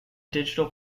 digital